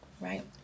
right